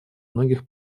многих